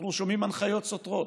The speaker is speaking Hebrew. אנחנו שומעים הנחיות סותרות: